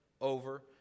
over